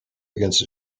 against